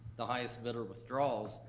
the highest bidder withdraws,